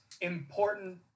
important